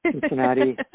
Cincinnati